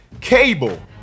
cable